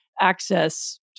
access